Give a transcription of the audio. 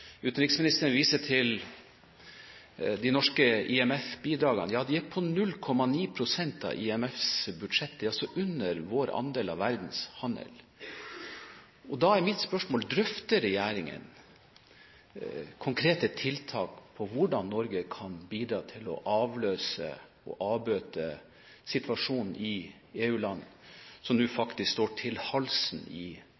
Utenriksministeren viser til de norske IMF-bidragene. Ja, de er på 0,9 pst. av IMFs budsjett. De er altså under vår andel av verdens handel. Da er mitt spørsmål: Drøfter regjeringen konkrete tiltak for hvordan Norge kan bidra til å avbøte situasjonen i EU-landene, som nå